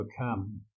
overcome